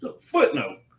footnote